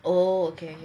oh okay